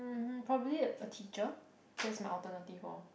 mmhmm probably a teacher that's my alternative orh